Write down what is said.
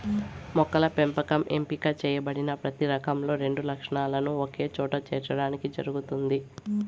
మొక్కల పెంపకం ఎంపిక చేయబడిన ప్రతి రకంలో రెండు లక్షణాలను ఒకచోట చేర్చడానికి జరుగుతుంది